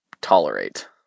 tolerate